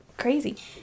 Crazy